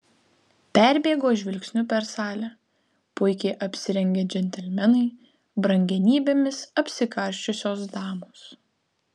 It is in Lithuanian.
perbėgo žvilgsniu per salę puikiai apsirengę džentelmenai brangenybėmis apsikarsčiusios damos